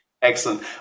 Excellent